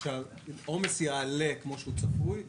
כאשר העומס יעלה, כמו שהוא צפוי להיות,